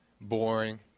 boring